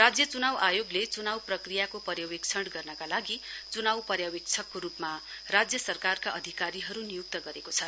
राज्य चुनाउ आयोगको चुनाउ प्रक्रियाको पर्यवेक्षक गर्नका लागि चुनाउ पर्यवेक्षकको रूपमा राज्य सरकारका अधिकारीहरू नियुकत गरेको छ